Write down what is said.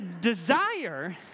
desire